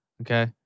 Okay